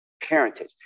parentage